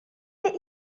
ایران